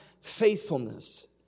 faithfulness